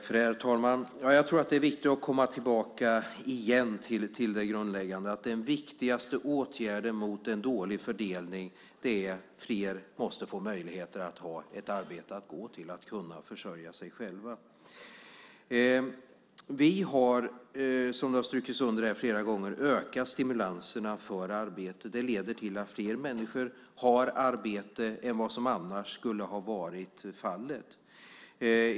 Herr talman! Jag tror att det är viktigt att komma tillbaka till det grundläggande. Den viktigaste åtgärden mot en dålig fördelning är att fler måste ha möjlighet att gå till ett arbete och att kunna försörja sig själva. Vi har, som det har understrukits flera gånger, ökat stimulansen för arbete. Det leder till att fler människor har arbete än vad som annars skulle ha varit fallet.